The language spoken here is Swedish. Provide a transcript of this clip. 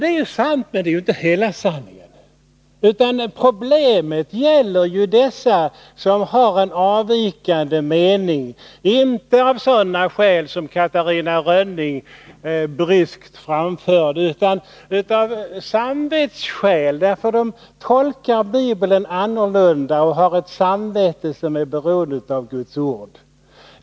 Det är sant, men det är inte hela sanningen. Problemet gäller dem som har en avvikande mening, inte av sådana skäl som Catarina Rönnung så bryskt framförde, utan av samvetsskäl, därför att de tolkar Bibeln annorlunda och har ett samvete som är beroende av Guds ord.